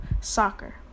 soccer